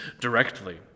directly